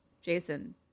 Jason